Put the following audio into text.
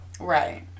right